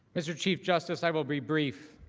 mr. chief justice i will be brief.